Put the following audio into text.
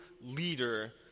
leader